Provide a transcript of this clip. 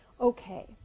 Okay